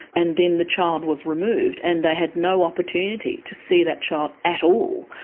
and then the child was removed, and they had no opportunity to see that child at all.